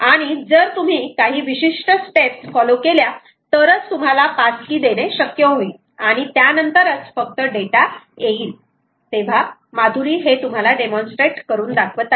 आणि जर तुम्ही काही विशिष्ट स्टेप्स फॉलो केल्या तरच तुम्हाला पास की देणे शक्य होईल आणि त्यानंतरच फक्त डेटा येईल तेव्हा माधुरी हे तुम्हाला डेमॉन्स्ट्रेट करून दाखवत आहे